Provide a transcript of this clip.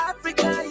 Africa